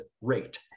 rate